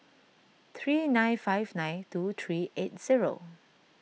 three nine five nine two three eight zero